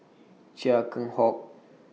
Chia Keng Hock